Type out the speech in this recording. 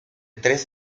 tres